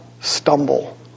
stumble